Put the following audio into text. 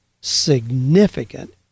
significant